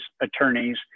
attorneys